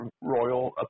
royal